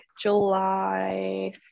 July